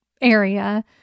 area